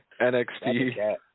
NXT